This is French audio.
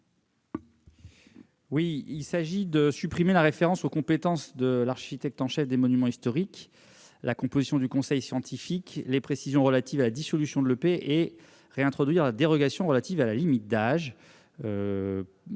vise à supprimer la référence aux compétences de l'architecte en chef des monuments historiques, à la composition du conseil scientifique et aux précisions relatives à la dissolution de l'établissement public, et à réintroduire la dérogation relative à la limite d'âge.